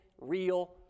real